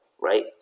right